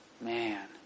Man